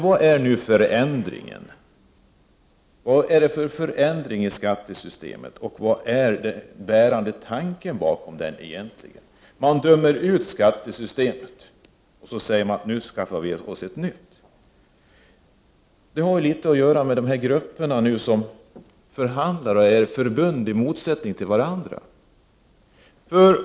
Vad är nu förändringen i skattesystemet, och vad är den bärande tanken bakom den egentligen? Man dömer ut det gamla skattesystemet och säger att vi måste skaffa ett nytt. Det har att göra med de grupper som förhandlar och är förbund i motsättning till varandra.